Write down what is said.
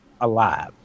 alive